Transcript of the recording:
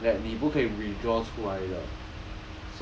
that 你不可以 withdrawal 出来的